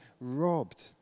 robbed